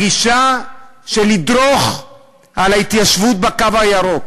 הגישה של לדרוך על ההתיישבות בקו הירוק